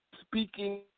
speaking